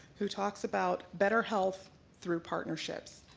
who talks about better health through partnerships.